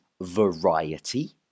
variety